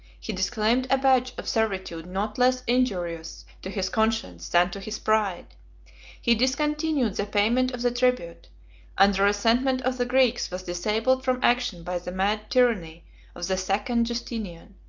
he disclaimed a badge of servitude not less injurious to his conscience than to his pride he discontinued the payment of the tribute and the resentment of the greeks was disabled from action by the mad tyranny of the second justinian,